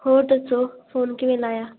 ਹੋਰ ਦੱਸੋ ਫੋਨ ਕਿਵੇਂ ਲਾਇਆ